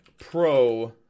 Pro